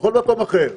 בכל מקום אחר,